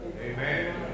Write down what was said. Amen